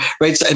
Right